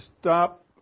stop